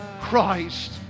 Christ